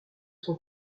son